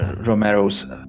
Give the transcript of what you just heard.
Romero's